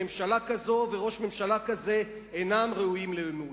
ממשלה כזו וראש ממשלה כזה אינם ראויים לאמון.